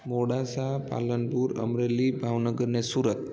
मोडासा पालनपुर अमरेली भावनगर ने सूरत